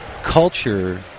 Culture